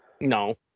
No